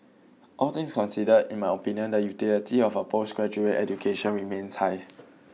all things considered in my opinion the utility of a postgraduate education remains high